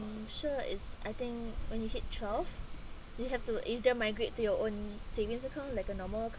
sure it's I think when you hit twelve you have to either migrate to your own savings account like a normal